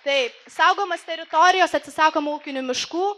taip saugomas teritorijas atsisakoma ūkinių miškų